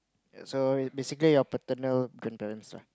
so basically your paternal grandparents lah